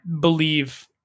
believe